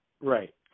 Right